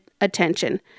attention